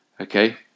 Okay